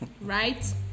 right